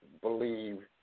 Believe